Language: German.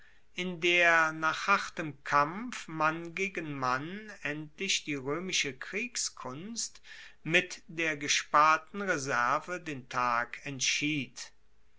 in der nach hartem kampf mann gegen mann endlich die roemische kriegskunst mit der gesparten reserve den tag entschied